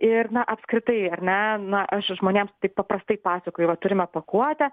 ir na apskritai ar ne na aš žmonėms tik paprastai pasakoju vat turime pakuotę